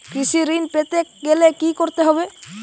কৃষি ঋণ পেতে গেলে কি করতে হবে?